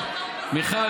מיכל,